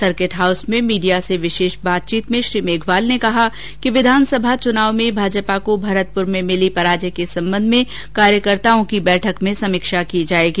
circuit house में media से विशेष बातचीत में श्री मेघवाल ने कहा है कि विधानसभा चुनाव में भाजपा को भरतपुर में मिली पराजय के संबंध में कार्यकर्ताओं की बैठक में समीक्षा की जाएगी